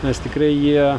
nes tikrai jį